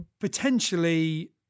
potentially